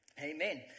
Amen